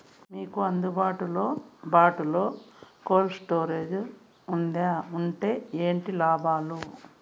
మీకు అందుబాటులో బాటులో కోల్డ్ స్టోరేజ్ జే వుందా వుంటే ఏంటి లాభాలు?